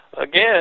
Again